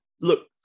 look